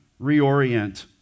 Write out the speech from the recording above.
reorient